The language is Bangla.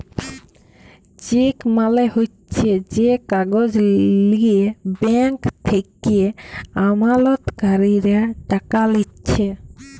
চেক মালে হচ্যে যে কাগজ লিয়ে ব্যাঙ্ক থেক্যে আমালতকারীরা টাকা লিছে